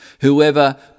Whoever